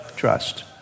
trust